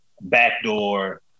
backdoor